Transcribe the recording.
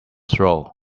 throat